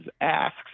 asks